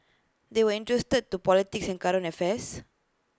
they were interested to politics and current affairs